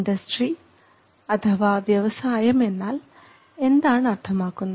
industry അഥവാ വ്യവസായം എന്നാൽ എന്താണ് അർത്ഥമാക്കുന്നത്